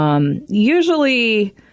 Usually